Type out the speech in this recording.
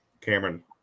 Cameron